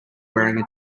wearing